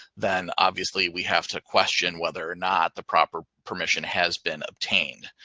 then obviously we have to question whether or not the proper permission has been obtained.